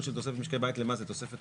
תוספת